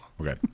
Okay